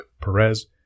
Perez